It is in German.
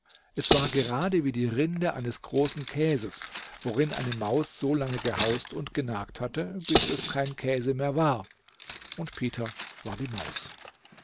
es war gerade wie die rinde eines großen käses worin eine maus so lange gehaust und genagt hatte bis es kein käse mehr war und peter war die maus